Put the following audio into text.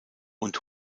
und